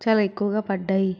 చాలా ఎక్కువగా పడ్డాయి